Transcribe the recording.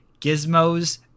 Gizmos